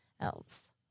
else